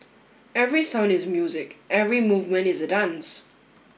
every sound is music every movement is a dance